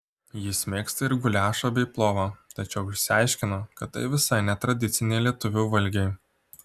jis mėgsta ir guliašą bei plovą tačiau išsiaiškino kad tai visai ne tradiciniai lietuvių valgiai